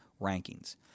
rankings